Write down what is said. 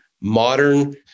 modern